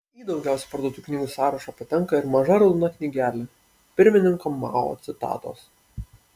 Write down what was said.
į daugiausiai parduotų knygų sąrašą patenka ir maža raudona knygelė pirmininko mao citatos